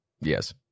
Yes